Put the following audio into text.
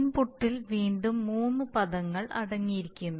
ഇൻപുട്ടിൽ വീണ്ടും മൂന്ന് പദങ്ങൾ അടങ്ങിയിരിക്കുന്നു